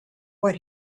what